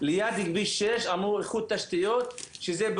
ליד כביש 6. אמרו שאיחוד תשתיות פוגע